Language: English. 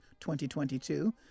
2022